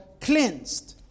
cleansed